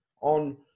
on